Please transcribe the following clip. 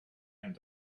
and